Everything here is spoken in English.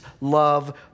love